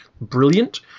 brilliant